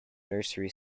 nursery